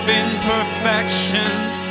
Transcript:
imperfections